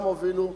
גם הובילו,